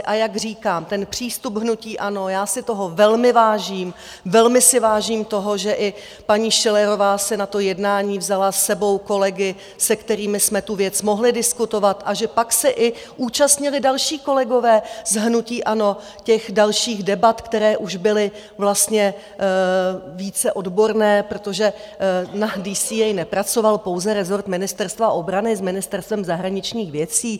A jak říkám, přístup hnutí ANO, já si toho velmi vážím, velmi si vážím toho, že i paní Schillerová si na to jednání vzala s sebou kolegy, se kterými jsme tu věc mohli diskutovat, a že pak se i účastnili další kolegové z hnutí ANO, těch dalších debat, které už byly vlastně více odborné, protože na DCA nepracoval pouze rezort Ministerstva obrany s Ministerstvem zahraničních věcí.